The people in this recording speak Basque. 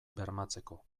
bermatzeko